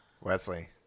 Wesley